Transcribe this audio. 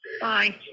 Bye